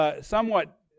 somewhat